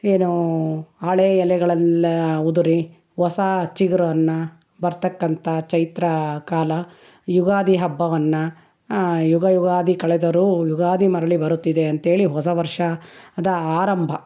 ಏನು ಹಳೆ ಎಲೆಗಳೆಲ್ಲ ಉದುರಿ ಹೊಸ ಚಿಗುರನ್ನು ಬರತಕ್ಕಂಥ ಚೈತ್ರ ಕಾಲ ಯುಗಾದಿ ಹಬ್ಬವನ್ನು ಯುಗ ಯುಗಾದಿ ಕಳೆದರೂ ಯುಗಾದಿ ಮರಳಿ ಬರುತ್ತಿದೆ ಅಂತೇಳಿ ಹೊಸ ವರ್ಷದ ಆರಂಭ